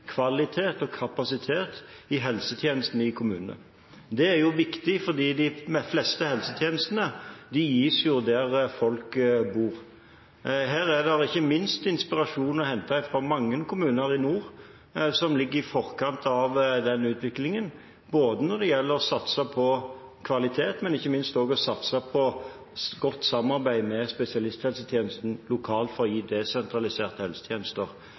kvalitet og kapasitet i helsetjenesten i kommunene. Dette er viktig fordi de fleste helsetjenestene gis der folk bor. Her er det inspirasjon å hente, ikke minst fra mange kommuner i nord som ligger i forkant av den utviklingen når det gjelder å satse på kvalitet og ikke minst ved satse på godt samarbeid med spesialisthelsetjenesten lokalt for å gi desentraliserte helsetjenester.